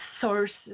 sources